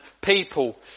people